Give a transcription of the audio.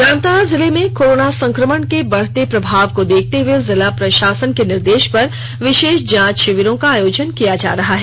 जामताड़ा जिले में कोरोना संक्रमण के बढ़ते प्रभाव को देखते हुए जिला प्रशासन के निर्देश पर विशेष जांच शिविरों का आयोजन किया जा रहा है